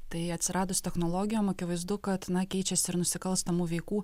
tai atsiradus technologijom akivaizdu kad na keičiasi ir nusikalstamų veikų